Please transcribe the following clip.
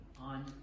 on